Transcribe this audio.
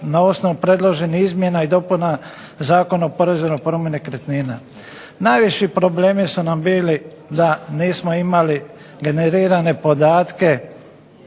na osnovi predloženih izmjena i dopuna Zakona o porezu na promet nekretnina. Najviši problemi su nam bili da nismo generirane podatke